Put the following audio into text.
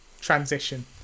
transition